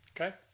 Okay